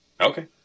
Okay